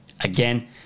Again